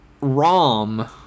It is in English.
Rom